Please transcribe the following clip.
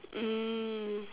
mm